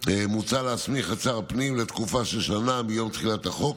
מוצע להסמיך את שר הפנים לתקופה של שנה מיום תחילת החוק.